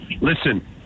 Listen